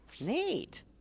Neat